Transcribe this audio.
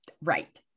right